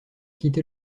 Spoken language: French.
quitté